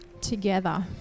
together